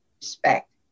respect